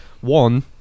one